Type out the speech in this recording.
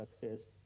success